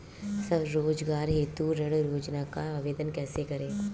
स्वरोजगार हेतु ऋण योजना का आवेदन कैसे करें?